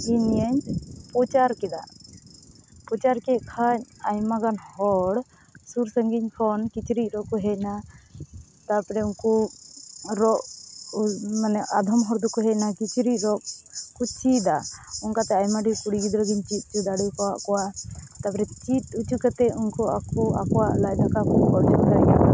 ᱤᱧ ᱱᱤᱭᱟᱹᱧ ᱯᱨᱚᱪᱟᱨ ᱠᱮᱫᱟ ᱯᱚᱪᱟᱨ ᱠᱮᱫ ᱠᱷᱟᱱ ᱟᱭᱢᱟᱜᱟᱱ ᱦᱚᱲ ᱥᱩᱨ ᱥᱟᱺᱜᱤᱧ ᱠᱷᱚᱱ ᱠᱤᱪᱨᱤᱡ ᱨᱚᱜ ᱠᱚ ᱦᱮᱡ ᱮᱱᱟ ᱛᱟᱯᱚᱨᱮ ᱩᱱᱠᱩ ᱨᱚᱜ ᱢᱟᱱᱮ ᱟᱫᱚᱢ ᱦᱚᱲ ᱫᱚᱠᱚ ᱦᱮᱡ ᱮᱱᱟ ᱠᱤᱪᱨᱤᱡ ᱨᱚᱜ ᱠᱚ ᱪᱮᱫᱟ ᱚᱱᱠᱟᱛᱮ ᱟᱭᱢᱟ ᱰᱷᱮᱨ ᱠᱩᱲᱤ ᱜᱤᱫᱽᱨᱟᱹᱜᱮᱧ ᱪᱮᱫ ᱦᱚᱪᱚ ᱫᱟᱲᱮᱣᱟᱠᱟᱫ ᱠᱚᱣᱟ ᱛᱟᱯᱚᱨᱮ ᱪᱮᱫᱚᱪᱚ ᱠᱟᱛᱮ ᱩᱱᱠᱩ ᱟᱠᱚ ᱟᱠᱚᱣᱟᱜ ᱞᱟᱡᱼᱫᱟᱠᱟ